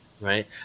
right